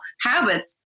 habits